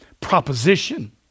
proposition